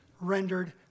rendered